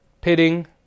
pitting